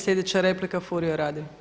Sljedeća replika Furio Radin.